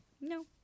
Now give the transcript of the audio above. No